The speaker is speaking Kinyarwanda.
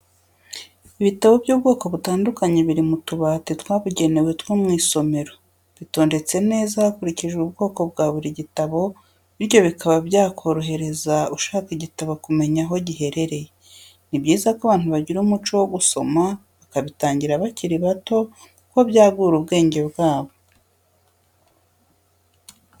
Ibitabo by'ubwoko butandukanye biri mu tubati twabugenewe two mu isomero, bitondetse neza hakurikijwe ubwoko bwa buri gitabo bityo bikaba byakorohereza ushaka igitabo kumenya aho giherereye, ni byiza ko abantu bagira umuco wo gusoma bakabitangira bakiri bato kuko byagura ubwenge bwabo.